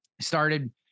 started